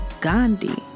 Gandhi